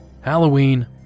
Halloween